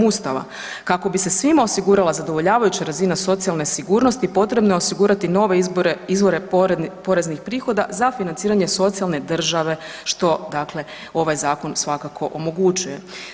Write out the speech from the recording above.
Ustava kako bi se svima osigurala zadovoljavajuća razina socijalne sigurnosti potrebno je osigurati nove izvore poreznih prihoda za financiranje socijalne države što ovaj zakon svakako omogućuje.